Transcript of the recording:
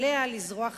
עליה לזרוע חיטה,